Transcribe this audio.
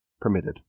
permitted